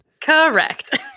Correct